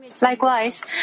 Likewise